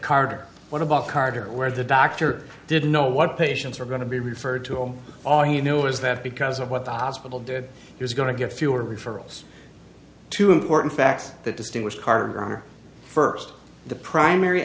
card what about carter where the doctor didn't know what patients are going to be referred to all all you know is that because of what the hospital did he was going to get fewer referrals to important facts that distinguish karr first the primary